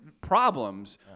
problems